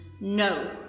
No